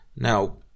Now